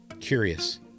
Curious